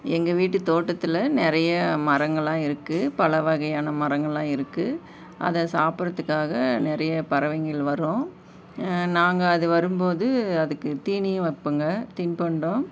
எங்கள் வீட்டு தோட்டத்தில் நிறைய மரங்களெலாம் இருக்குது பல வகையான மரங்களெலாம் இருக்குது அதை சாப்பிடுறதுக்காக நிறைய பறவைங்கள் வரும் நாங்கள் அது வரும்போது அதுக்கு தீனியும் வைப்போங்க தின்பண்டம்